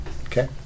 Okay